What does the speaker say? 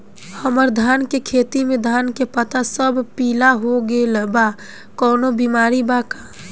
हमर धान के खेती में धान के पता सब पीला हो गेल बा कवनों बिमारी बा का?